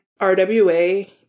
RWA